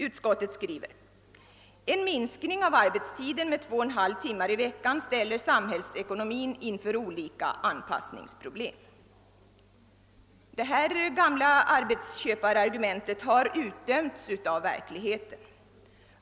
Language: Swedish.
Utskottet skriver bl.a. följande: »En minskning av arbetstiden med 2!/2 timmar i veckan ställer samhällsekonomin inför olika anpassningsproblem.« Detta gamla arbetsköparargument har vederlagts av verkligheten.